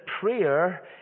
prayer